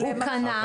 הוא קנה,